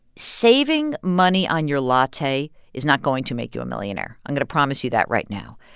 saving money on your latte is not going to make you a millionaire. i'm going to promise you that right now.